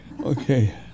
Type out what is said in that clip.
okay